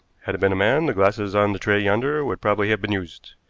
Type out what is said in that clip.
had it been a man, the glasses on the tray yonder would probably have been used.